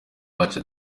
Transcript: wacu